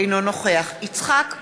אינו נוכח יצחק כהן,